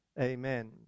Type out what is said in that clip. Amen